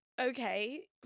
Okay